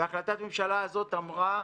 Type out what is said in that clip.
והחלטת הממשלה הזאת אמרה: